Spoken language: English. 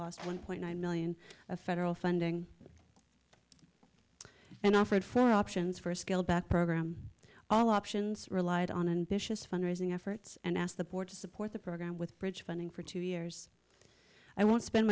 lost one point nine million of federal funding and offered four options for a scaled back program all options relied on and vicious fundraising efforts and asked the board to support the program with bridge funding for two years i want to spend